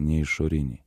ne išorinį